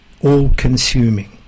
all-consuming